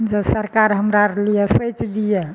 जॅं सरकार हमरा आर लिए सोचि दिया